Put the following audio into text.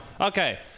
Okay